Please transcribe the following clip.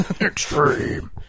Extreme